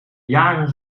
jaren